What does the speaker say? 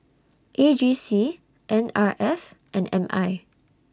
A G C N R F and M I